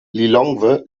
lilongwe